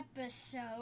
episode